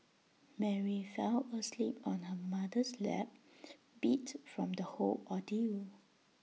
Mary fell asleep on her mother's lap beat from the whole ordeal